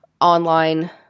online